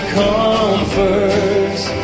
comforts